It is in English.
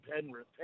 Penrith